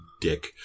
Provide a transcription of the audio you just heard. dick